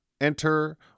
Enter